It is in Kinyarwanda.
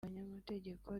abanyamategeko